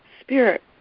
Spirit